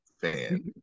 fan